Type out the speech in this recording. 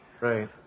Right